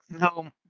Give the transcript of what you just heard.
No